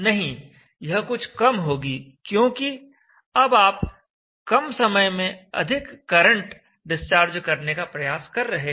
नहीं यह कुछ कम होगी क्योंकि अब आप कम समय में अधिक करंट डिस्चार्ज करने का प्रयास कर रहे हैं